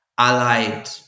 allied